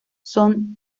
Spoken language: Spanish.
son